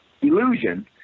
illusion